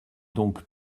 donc